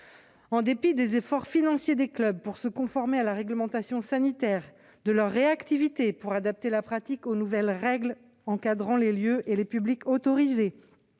En dépit des efforts financiers des clubs pour se conformer à la réglementation sanitaire, de leur réactivité pour adapter la pratique aux nouvelles règles encadrant les lieux et les publics autorisés,